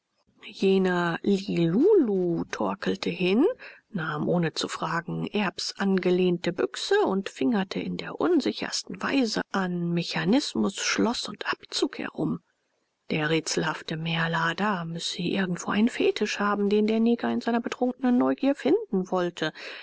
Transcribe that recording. jener lilulu torkelte hin und her nahm ohne zu fragen erbs angelehnte büchse und fingerte in der unsinnigsten weise an mechanismus schloß und abzug herum der rätselhafte mehrlader müsse irgendwo einen fetisch haben den der neger in seiner betrunkenen neugier finden wollte